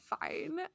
fine